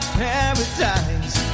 paradise